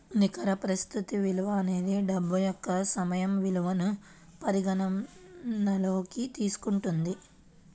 నికర ప్రస్తుత విలువ అనేది డబ్బు యొక్క సమయ విలువను పరిగణనలోకి తీసుకుంటుంది